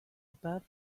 above